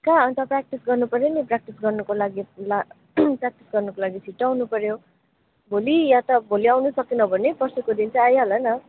काँ अन्त प्र्याक्टिस गर्नुपऱ्यो नि प्र्याक्टिस गर्नुको लागि ला प्र्याक्टिस गर्नुको लागि छिट्टो आउनुपऱ्यो भोलि या त भोलि आउनु सकेनौ भने पर्सीको दिन चाहिँ आइहाल न